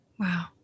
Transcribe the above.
Wow